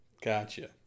Gotcha